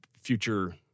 future